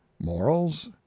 Morals